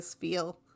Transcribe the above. feel